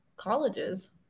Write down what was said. Colleges